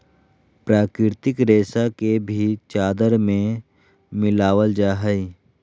प्राकृतिक रेशा के भी चादर में मिलाबल जा हइ